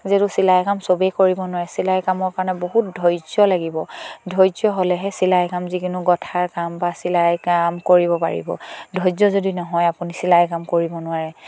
যিহেতু চিলাই কাম চবেই কৰিব নোৱাৰে চিলাই কামৰ কাৰণে বহুত ধৈৰ্য লাগিব ধৈৰ্য হ'লেহে চিলাই কাম যিকোনো গথাৰ কাম বা চিলাই কাম কৰিব পাৰিব ধৈৰ্য যদি নহয় আপুনি চিলাই কাম কৰিব নোৱাৰে